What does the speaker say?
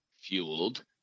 Fueled